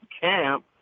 camp